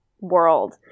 world